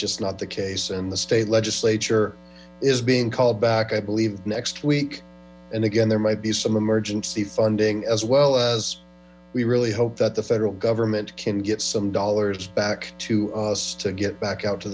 just not the case and the state legislature is being called back i believe net week and again there might be some emergency funding as well as we really hope that the federal government can get some dollars back to us t get back out to